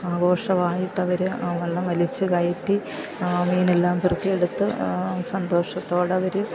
ആഘോഷവായിട്ട് അവർ ആ വള്ളം വലിച്ച് കയറ്റി ആ മീനെല്ലാം പെറുക്കി എടുത്ത് സന്തോഷത്തോടെ അവർ